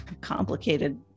complicated